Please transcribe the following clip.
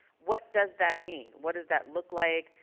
what does that mean? what does that look like?